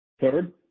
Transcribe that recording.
Third